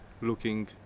Looking